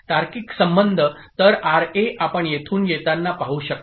तार्किक संबंध तर आरए आपण येथून येताना पाहू शकता